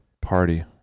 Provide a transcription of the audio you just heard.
party